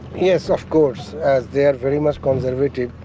yes of course as they are very much conservative.